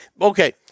Okay